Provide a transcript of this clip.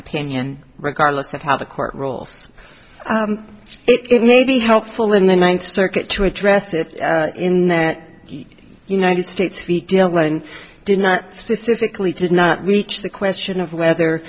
opinion regardless of how the court rules it may be helpful in the ninth circuit to address it in that united states feet dealing did not specifically did not reach the question of whether